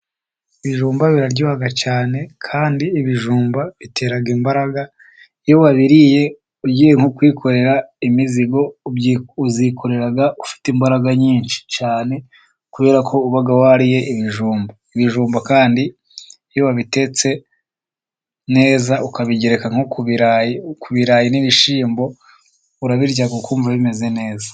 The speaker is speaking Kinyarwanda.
Ibijumba biraryoha cyane kandi ibijumba bitera imbaraga, iyo wabiriye ugiye nko kwikorera imizigo, uyikorera ufite imbaraga nyinshi cyane kubera ko uba wariye ibijumba. Ibijumba kandi iyo wabitetse neza ukabigereka nko ku birarayi, ku birarayi n'ibishyimbo urabirya ukumva bimeze neza.